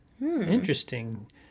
interesting